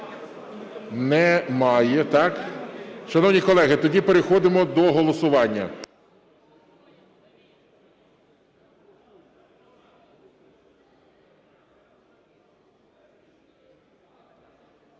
так? Шановні колеги, тоді переходимо до голосування.